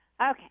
Okay